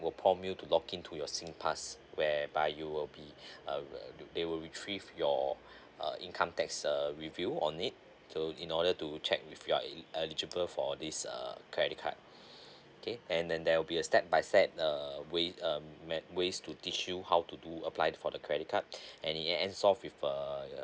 that will prompt you to log in to your sing pass where by you will be uh they will retrieve your uh income tax uh review on it so in order to check with your eligible for this err credit card okay and then there will be a step by step err way um like ways to teach you how to do apply for the credit card any and solve with err